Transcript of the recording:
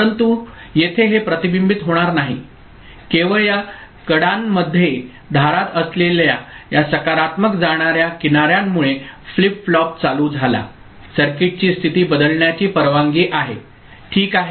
परंतु येथे हे प्रतिबिंबित होणार नाही केवळ या कडांमध्ये धारात असलेल्या या सकारात्मक जाणाऱ्या किनार्यांमुळे फ्लिप फ्लॉप चालू झाला सर्किटची स्थिती बदलण्याची परवानगी आहे ठीक आहे